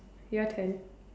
your turn